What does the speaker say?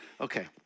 Okay